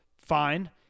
Fine